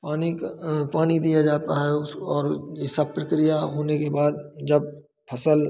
पानी का पानी दिया जाता है उसको और यह सब प्रक्रिया होने के बाद जब फसल